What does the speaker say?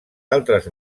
altres